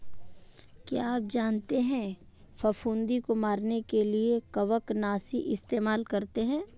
क्या आप जानते है फफूंदी को मरने के लिए कवकनाशी इस्तेमाल करते है?